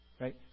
Right